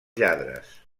lladres